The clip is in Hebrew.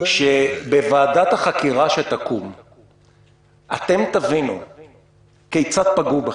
שבוועדת החקירה שתקום אתם תבינו כיצד פגעו בכם.